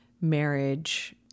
marriage